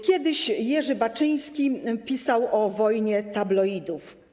Kiedyś Jerzy Baczyński pisał o wojnie tabloidów.